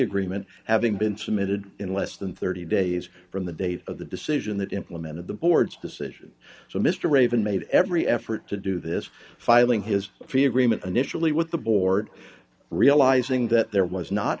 agreement having been submitted in less than thirty dollars days from the date of the decision that implemented the board's decision so mr raven made every effort to do this filing his fee agreement initially with the board realizing that there was not